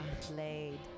played